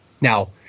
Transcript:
Now